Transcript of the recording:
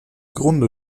grunde